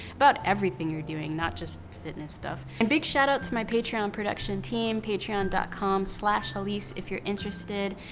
but everything you're doing, not just fitness stuff. and big shout out to my patreon um production team patreon dot com slash hallease if you're interested.